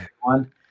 one